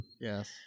yes